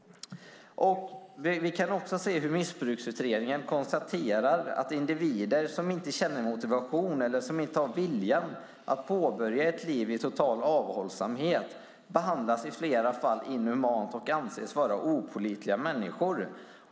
Vi kan också se hur Missbruksutredningen konstaterar att individer som inte känner motivation eller som inte har viljan att påbörja ett liv i total avhållsamhet i flera fall behandlas inhumant och anses vara opålitliga människor.